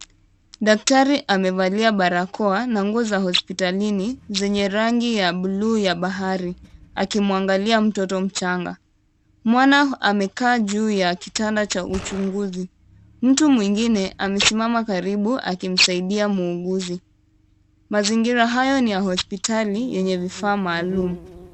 Daktari amevalia barakoa na nguo za hospitalini zenye rangi ya bluu ya bahari akimwangalia mtoto mchanga. Mwana amekaa kwenye kitanda cha uchunguzi. Mtu mwingine amesimama karibu akimsaidia muuguzi. Mazingira haya ni ya hospitali yenye vifaa maalum.